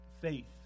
Faith